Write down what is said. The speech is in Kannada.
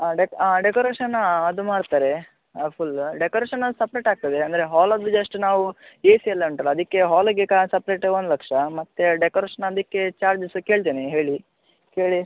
ಹಾಂ ಡೆಕ್ ಹಾಂ ಡೆಕೋರೇಷನ್ ಅದು ಮಾಡ್ತಾರೆ ಫುಲ್ ಡೆಕೋರೇಷನ್ನದು ಸಪ್ರೇಟ್ ಆಗ್ತದೆ ಅಂದರೆ ಹಾಲದ್ದು ಜಸ್ಟ್ ನಾವು ಎಸಿ ಎಲ್ಲ ಉಂಟಲ್ಲ ಅದಕ್ಕೆ ಹಾಲಿಗೆ ಕ ಸಪ್ರೇಟ್ ಒಂದು ಲಕ್ಷ ಮತ್ತು ಡೆಕೋರೇಷನ್ ಅದಕ್ಕೆ ಚಾರ್ಜಸ್ ಕೇಳ್ತೇನೆ ಹೇಳಿ ಕೇಳಿ